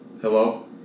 Hello